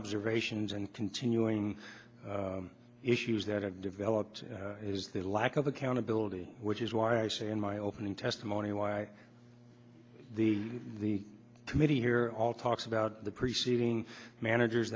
observations and continuing issues that have developed is the lack of accountability which is why i say in my opening testimony why the the committee here all talks about the preceding managers